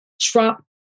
Trump